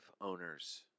owners